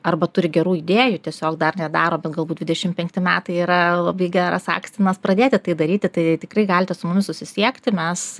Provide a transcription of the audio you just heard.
arba turi gerų idėjų tiesiog dar nedaro bet galbūt dvidešimt penkti metai yra labai geras akstinas pradėti tai daryti tai tikrai galite su mumis susisiekti mes